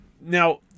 Now